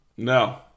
No